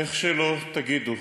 איך שלא תגידו,